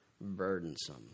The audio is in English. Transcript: burdensome